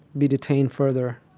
be detained further.